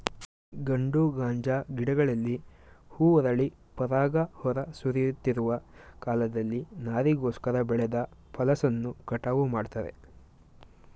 ಗಂಡು ಗಾಂಜಾ ಗಿಡಗಳಲ್ಲಿ ಹೂ ಅರಳಿ ಪರಾಗ ಹೊರ ಸುರಿಯುತ್ತಿರುವ ಕಾಲದಲ್ಲಿ ನಾರಿಗೋಸ್ಕರ ಬೆಳೆದ ಫಸಲನ್ನು ಕಟಾವು ಮಾಡ್ತಾರೆ